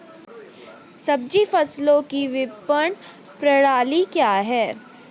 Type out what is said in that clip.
सब्जी फसलों की विपणन प्रणाली क्या है?